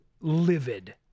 livid